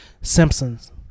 Simpsons